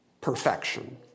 perfection